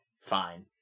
Fine